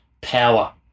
power